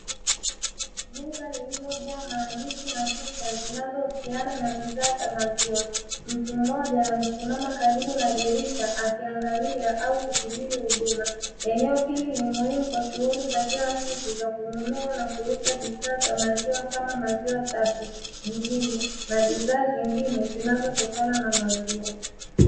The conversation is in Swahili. Duka lililojaa maandishi na picha zinazo husiana na bidhaa za maziwa. Mtu mmoja amesimama karibu na dirisha akiangalia au kusubiri huduma. Eneo hili ni muhimu kwa shughuli za kila siku za kununua na kuuza bidhaa za maziwa kama maziwa safi, jibini na bidhaa zingine zinazotokana na maziwa.